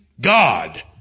God